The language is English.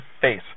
face